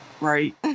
right